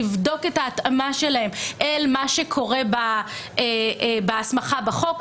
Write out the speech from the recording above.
לבדוק את ההתאמה שלהם מול מה שקורה בהסמכה בחוק,